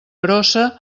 grossa